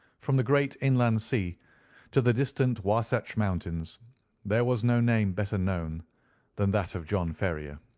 from the great inland sea to the distant wahsatch mountains there was no name better known than that of john ferrier.